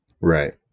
Right